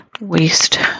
waste